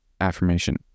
affirmation